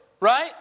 right